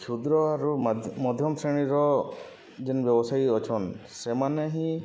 କ୍ଷୁଦ୍ରରୁ ମଧ୍ୟମ ଶ୍ରେଣୀର ଯେନ୍ ବ୍ୟବସାୟୀ ଅଛନ୍ ସେମାନେ ହିଁ